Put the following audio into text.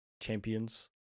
champions